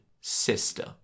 sister